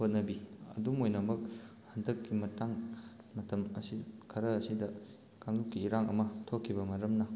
ꯍꯣꯠꯅꯕꯤ ꯑꯗꯨꯝ ꯑꯣꯏꯅꯃꯛ ꯍꯟꯇꯛꯀꯤ ꯃꯇꯥꯡ ꯃꯇꯝ ꯑꯁꯤ ꯈꯔ ꯑꯁꯤꯗ ꯀꯥꯡꯂꯨꯞꯀꯤ ꯏꯔꯥꯡ ꯑꯃ ꯊꯣꯛꯈꯤꯕ ꯃꯔꯝꯅ